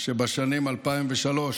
שבשנים 2003,